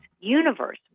universe